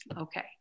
Okay